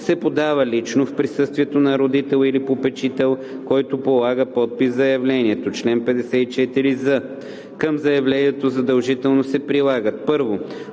се подава лично, в присъствието на родител или попечител, който полага подпис в заявлението. Чл. 54з. Към заявлението задължително се прилагат: 1.